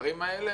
בדברים האלה.